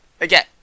again